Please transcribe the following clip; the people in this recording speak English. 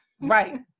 right